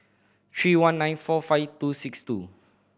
three one nine four five two six two